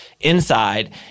inside